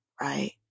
right